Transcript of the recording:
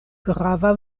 grava